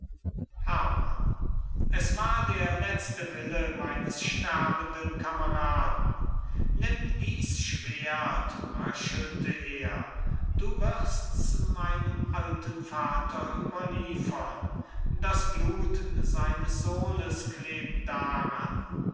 herrmann es war der letzte wille meines sterbenden kameraden nimm diß schwerdt röchelte er du wirst's meinem alten vater überliefern das blut seines sohnes klebt daran